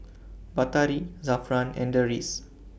Batari Zafran and Deris